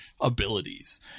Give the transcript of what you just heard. abilities